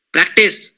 Practice